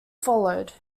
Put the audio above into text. followed